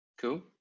Cool